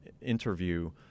interview